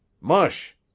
mush